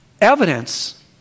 evidence